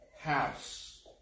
house